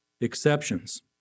exceptions